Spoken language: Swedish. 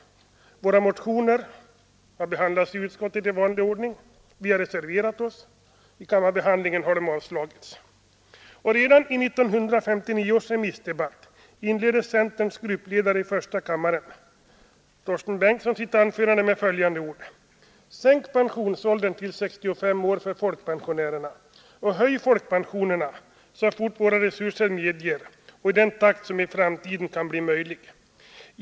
Våra motioner har behandlats i utskottet i vanlig ordning. Vi har reserverat oss. Vid kammarbehandlingen har de avslagits. Redan i 1959 års remissdebatt inledde centerns gruppledare i första kammaren Torsten Bengtson sitt anförande med följande ord: ”Sänk pensionsåldern till 65 år för folkpensionärerna och höj folkpensionerna så fort våra resurser medger och i den takt som i framtiden kan bli möjlig.